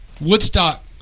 Woodstock